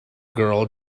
girl